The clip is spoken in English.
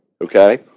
Okay